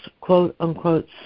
quote-unquote